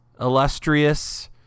illustrious